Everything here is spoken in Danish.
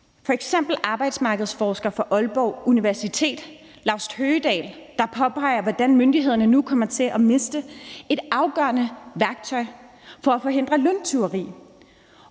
F.eks. er arbejdsmarkedsforsker fra Aalborg Universitet Laust Høgedahl inde og påpege, at myndighederne nu kommer til at miste et afgørende værktøj for at forhindre løntyveri,